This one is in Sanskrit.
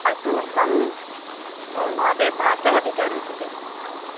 अस्तु मम ओं महोदय भासः अधिकः रोचते माम्